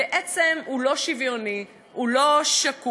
בעצם הוא לא שוויוני, הוא לא שקוף,